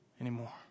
anymore